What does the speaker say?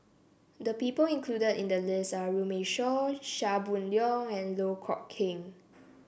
the people included in the list are Runme Shaw Chia Boon Leong and Loh Kok Heng